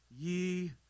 ye